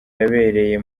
yabereye